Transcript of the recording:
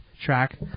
track